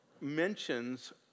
mentions